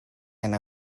and